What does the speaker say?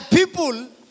people